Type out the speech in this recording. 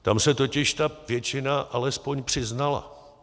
Tam se totiž ta většina alespoň přiznala.